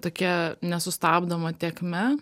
tokia nesustabdoma tėkme